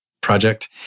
project